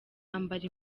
ambara